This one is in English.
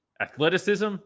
athleticism